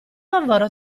lavoro